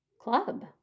club